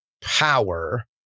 power